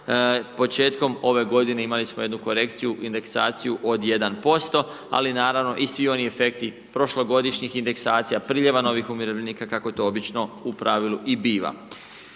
Početkom ove godine imali smo jednu korekciju, indeksaciju od 1% ali naravno i svi oni efekti prošlogodišnjih indeksacija, priljeva novih umirovljenika kako to obično u pravilu i biva.